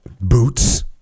boots